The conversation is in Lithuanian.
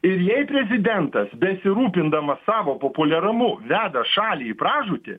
ir jei prezidentas besirūpindamas savo populiarumu veda šalį į pražūtį